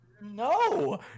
No